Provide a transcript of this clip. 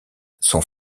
sont